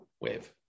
wave